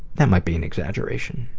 that might be an exaggeration.